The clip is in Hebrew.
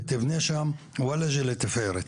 ותבנה שם וולאג'ה לתפארת.